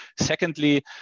Secondly